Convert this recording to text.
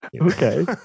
Okay